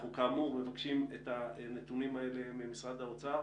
כאמור, אנחנו מבקשים את הנתונים האלה ממשרד האוצר.